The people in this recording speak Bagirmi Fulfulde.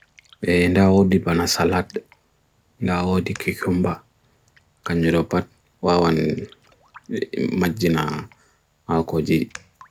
nda o di banasalad nda o di kikomba kanjropad wawan magina aw koji